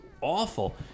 awful